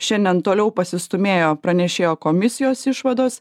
šiandien toliau pasistūmėjo pranešėjo komisijos išvados